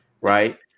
Right